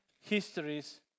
histories